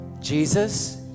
Jesus